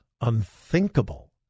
unthinkable